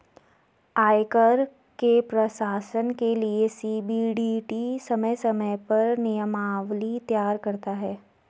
आयकर के प्रशासन के लिये सी.बी.डी.टी समय समय पर नियमावली तैयार करता है